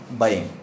buying